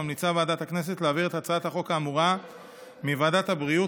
ממליצה ועדת הכנסת להעביר את הצעת החוק האמורה מוועדת הבריאות